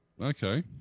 Okay